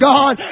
God